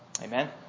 Amen